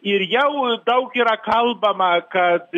ir jau daug yra kalbama kad